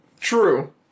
True